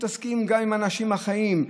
שמתעסקים גם עם האנשים החיים?